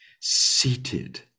seated